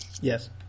yes